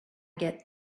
get